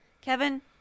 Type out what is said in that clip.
Kevin